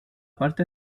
parte